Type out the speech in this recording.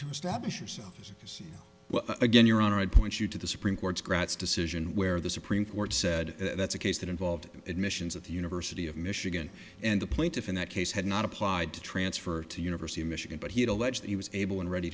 to establish yourself as you see again your honor i'd point you to the supreme court's gratz decision where the supreme court said that's a case that involved in admissions at the university of michigan and the plaintiff in that case had not applied to transfer to university of michigan but he'd allege that he was able and ready